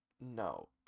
No